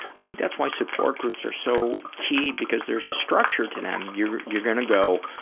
i think that's why support groups are so key, because there's a structure to them you're you're going to go,